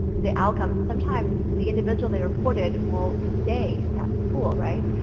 the outcomes, sometimes, the individual they reported will stay in that school right.